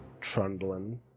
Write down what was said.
trundling